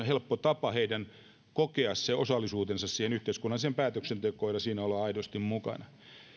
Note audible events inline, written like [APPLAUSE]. [UNINTELLIGIBLE] helppo tapa heidän kokea se osallisuutensa yhteiskunnalliseen päätöksentekoon ja siinä olla aidosti mukana